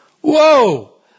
Whoa